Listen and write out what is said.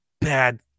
bad